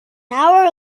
hour